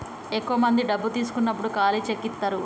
ఎక్కువ మంది డబ్బు తీసుకున్నప్పుడు ఖాళీ చెక్ ఇత్తారు